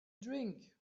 drink